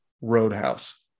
roadhouse